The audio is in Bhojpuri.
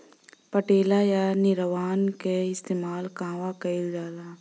पटेला या निरावन का इस्तेमाल कहवा कइल जाला?